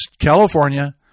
California